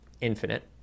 Infinite